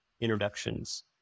introductions